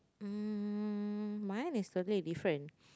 um mine is totally different